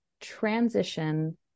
transition